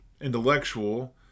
intellectual